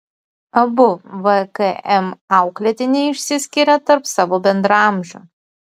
abu vkm auklėtiniai išsiskiria tarp savo bendraamžių